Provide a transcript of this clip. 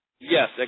Yes